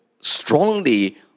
strongly